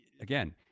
again